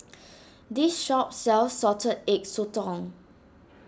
this shop sells Salted Egg Sotong